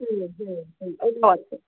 হুম হুম হুম ওগুলো আছে